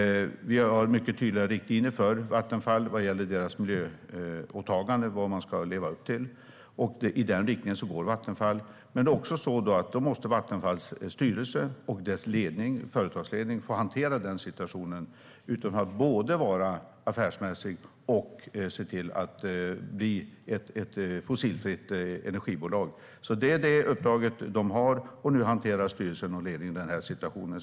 Vi har mycket tydliga riktlinjer för Vattenfall när det gäller deras miljöåtaganden, vad de ska leva upp till, och i den riktningen går Vattenfall. Då måste Vattenfall och dess ledning, företagsledningen, få hantera situationen genom att både vara affärsmässigt och bli ett fossilfritt energibolag. Det är det uppdraget Vattenfall har, och nu hanterar styrelsen och ledningen situationen.